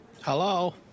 Hello